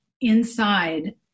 inside